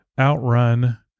Outrun